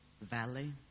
valley